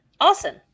awesome